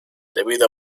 debido